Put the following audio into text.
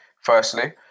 firstly